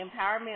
empowerment